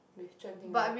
with Zhen-Ting they all